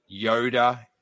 Yoda